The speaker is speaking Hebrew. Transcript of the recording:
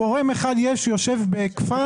יש גורם אחד שיושב בכפר,